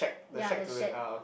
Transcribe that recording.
ya the shed